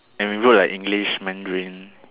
and we wrote like English Mandarin